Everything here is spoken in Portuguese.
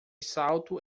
salto